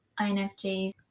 INFJs